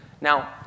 Now